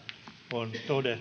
on todettu